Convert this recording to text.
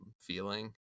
Feeling